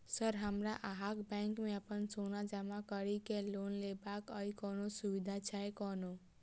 Sir हमरा अहाँक bank मे अप्पन सोना जमा करि केँ लोन लेबाक अई कोनो सुविधा छैय कोनो?